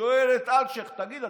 שואל את אלשיך: תגיד,